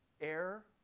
Air